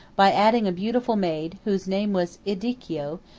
by adding a beautiful maid, whose name was ildico,